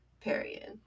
period